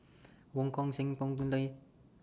Wong Kan Seng Tan Gee Paw and Arumugam Ponnu Rajah